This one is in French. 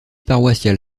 paroissiale